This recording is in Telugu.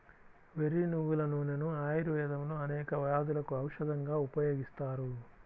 వెర్రి నువ్వుల నూనెను ఆయుర్వేదంలో అనేక వ్యాధులకు ఔషధంగా ఉపయోగిస్తారు